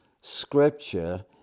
scripture